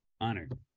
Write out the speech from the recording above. honored